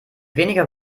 weniger